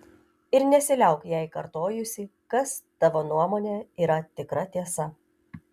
ir nesiliauk jai kartojusi kas tavo nuomone yra tikra tiesa